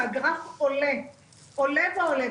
שהגרף עולה ועולה,